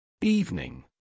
Evening